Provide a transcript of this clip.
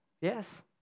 Yes